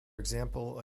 example